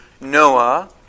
Noah